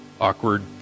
Awkward